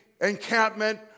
encampment